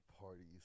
parties